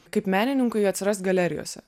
kaip menininkui atsirast galerijose